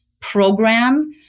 program